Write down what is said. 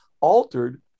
altered